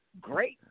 Great